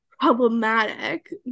problematic